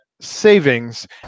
savings